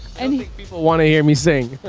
and think people want to hear me sing.